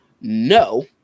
no